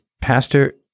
Pastor